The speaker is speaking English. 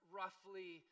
roughly